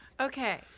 Okay